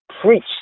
preach